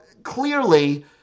Clearly